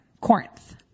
corinth